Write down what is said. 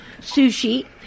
sushi